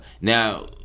Now